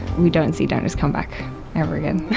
we don't see donors comeback ever again.